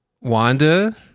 Wanda